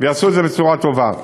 ויעשו את זה בצורה טובה.